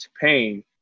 pain